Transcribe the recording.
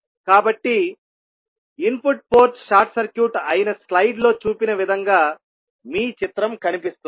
కాబట్టి input port short circuit అయిన స్లైడ్లో చూపిన విధంగా మీ చిత్రం కనిపిస్తుంది